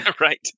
right